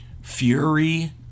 Fury